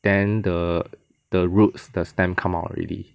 then the the roots the stem come out already